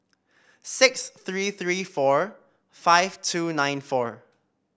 six three three four five two nine four